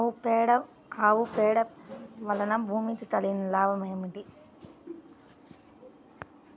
ఆవు పేడ వలన భూమికి కలిగిన లాభం ఏమిటి?